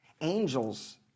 Angels